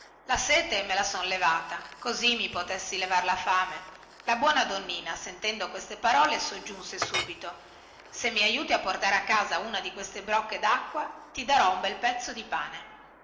la sete me la sono levata così mi potessi levar la fame la buona donnina sentendo queste parole soggiunse subito se mi aiuti a portare a casa una di queste brocche dacqua ti darò un bel pezzo di pane